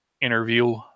interview